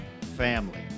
Family